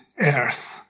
earth